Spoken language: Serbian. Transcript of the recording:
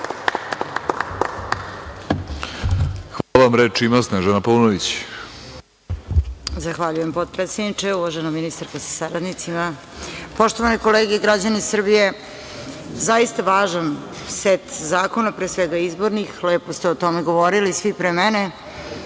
Izvolite. **Snežana Paunović** Zahvaljujem, potpredsedniče. Uvažena ministarko sa saradnicima, poštovane kolege i građani Srbije, zaista važan set zakona, pre svega izbornih, lepo ste o tome govorili svi pre mene,